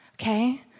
okay